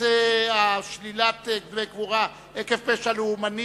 שלילת דמי קבורה עקב פשע לאומני),